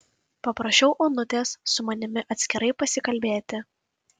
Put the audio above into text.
paprašiau onutės su manimi atskirai pasikalbėti